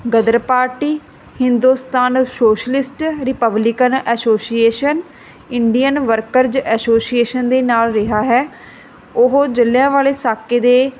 ਗਦਰ Party Hindustan Socialist Republican Association Indian Workers Association ਦੇ ਨਾਲ ਰਿਹਾ ਹੈ ਉਹ ਜਲਿਆਂ ਵਾਲੇ ਸਾਕੇ ਦੇ